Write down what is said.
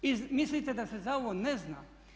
Mislite da se za ovo ne zna?